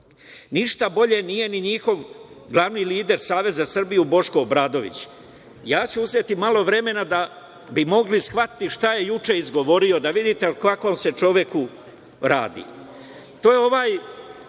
bolje nije ni njihov glavni lider Savez za Srbiju, Boško Obradović. Ja ću uzeti malo vremena da bi mogli shvatiti šta je juče izgovorio, da vidite o kakvom se čoveku radi. To